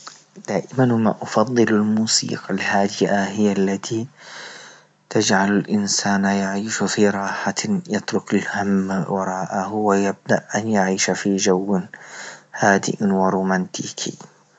دائما ما أفضل الموسيقى الهادئة هي التي تجعل الإنسان يعيش في راحة يترك الهم وراءه ويبدأ أن يعيش في جو هادئ ورومانتكي.